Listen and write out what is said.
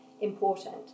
important